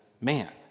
man